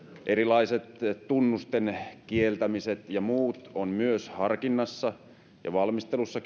erilaiset tunnusten kieltämiset ja muut ovat myös harkinnassa ja itse asiassa valmistelussa